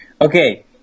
Okay